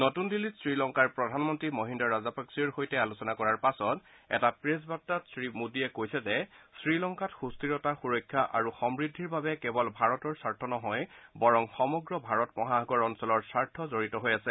নতুন দিল্লীত শ্ৰীলংকাৰ প্ৰধানমন্ত্ৰী মহিদ্ৰ ৰাজাপাক্সেৰ সৈতে আলোচনা কৰাৰ পাছত এটা প্ৰেছ বাৰ্তাত শ্ৰীমোডীয়ে কৈছে যে শ্ৰীলংকাত সুস্থিৰতা সুৰক্ষা আৰু সমৃদ্ধিৰ বাবে কেৱল ভাৰতৰ স্বাৰ্থ নহয় বৰং সমগ্ৰ ভাৰত মহাসাগৰ অঞ্চলৰ স্বাৰ্থ জড়িত হৈ আছে